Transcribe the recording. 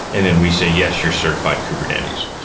and then we say yes, you're certified kubernetes.